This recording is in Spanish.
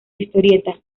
historieta